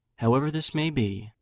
however this may be,